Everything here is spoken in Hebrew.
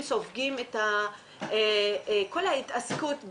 הם סופגים את כל ההתעסקות,